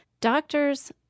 doctors